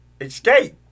Escape